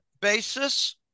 basis